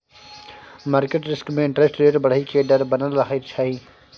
market risk में interest rate बढ़इ के डर बनल रहइ छइ